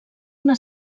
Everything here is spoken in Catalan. una